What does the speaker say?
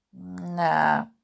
Nah